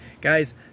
Guys